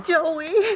Joey